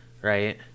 right